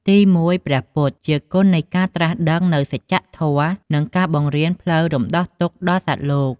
ទីមួយ ព្រះពុទ្ធ ជាគុណនៃការត្រាស់ដឹងនូវសច្ចធម៌ និងការបង្រៀនផ្លូវរំដោះទុក្ខដល់សត្វលោក។